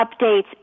updates